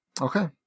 Okay